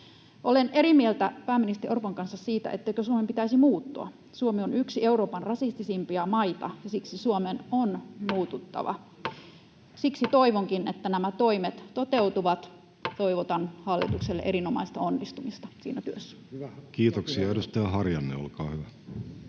Olen eri mieltä pääministeri Orpon kanssa siitä, etteikö Suomen pitäisi muuttua. Suomi on yksi Euroopan rasistisimpia maita, ja siksi Suomen on muututtava. Siksi toivonkin, että nämä toimet toteutuvat. Toivotan hallitukselle erinomaista onnistumista siinä työssä. [Speech 131] Speaker: Jussi